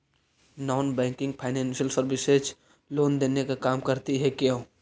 Non banking financial services loan देने का काम करती है क्यू?